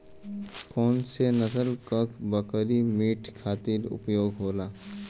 कौन से नसल क बकरी मीट खातिर उपयोग होली?